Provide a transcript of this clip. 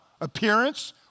appearance